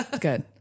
Good